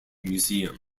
museum